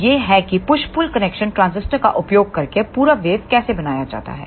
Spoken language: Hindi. तो यह है कि पुश पुल कनेक्शन ट्रांजिस्टर का उपयोग करके पूरा वेव कैसे बनाया जाता है